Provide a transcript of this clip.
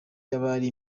y’abari